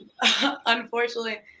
unfortunately